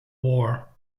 war